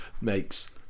makes